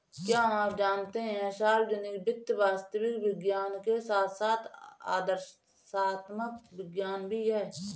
क्या आप जानते है सार्वजनिक वित्त वास्तविक विज्ञान के साथ साथ आदर्शात्मक विज्ञान भी है?